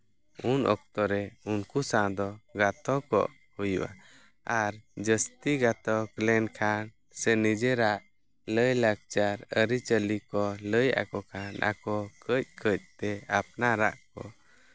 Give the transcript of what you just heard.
ᱩᱱ ᱚᱠᱛᱚ ᱨᱮ ᱩᱱᱠᱩ ᱥᱟᱶ ᱫᱚ ᱜᱟᱛᱚᱠᱚᱜ ᱦᱩᱭᱩᱜᱼᱟ ᱟᱨ ᱡᱟᱹᱥᱛᱤ ᱜᱟᱛᱚᱠ ᱞᱮᱱᱠᱷᱟᱱ ᱥᱮ ᱱᱤᱡᱮᱨᱟᱜ ᱞᱟᱹᱭᱼᱞᱟᱠᱪᱟᱨ ᱟᱹᱨᱤᱼᱪᱟᱹᱞᱤ ᱞᱟᱹᱭ ᱟᱠᱚ ᱠᱷᱟᱱ ᱟᱠᱚ ᱠᱟᱹᱡ ᱠᱟᱹᱡᱛᱮ ᱟᱯᱱᱟᱨᱟᱜ ᱠᱚ